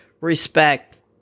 respect